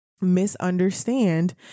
misunderstand